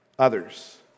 Others